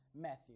Matthew